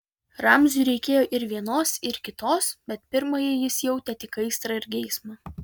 ramziui reikėjo ir vienos ir kitos bet pirmajai jis jautė tik aistrą ir geismą